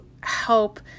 help